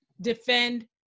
defend